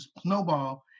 snowball